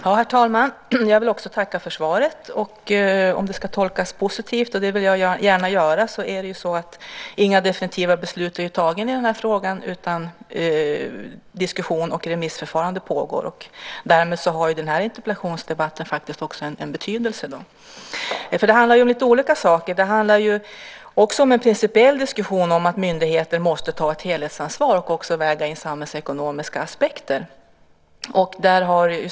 Herr talman! Jag vill också tacka för svaret. Om det ska tolkas positivt, och det vill jag gärna göra, har inga definitiva beslut fattats i frågan utan diskussion och remissförfarande pågår. Därmed har den här interpellationsdebatten också en betydelse. Det handlar om olika saker. Det är också en principiell diskussion om att myndigheter måste ta ett helhetsansvar och väga in samhällsekonomiska aspekter.